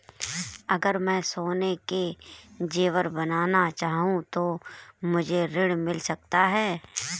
अगर मैं सोने के ज़ेवर बनाना चाहूं तो मुझे ऋण मिल सकता है?